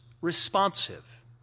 responsive